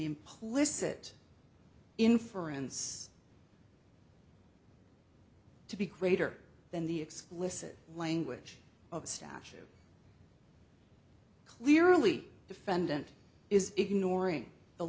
implicit inference to be greater than the explicit language of a statue clearly defendant is ignoring the